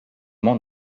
monde